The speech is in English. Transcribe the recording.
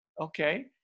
Okay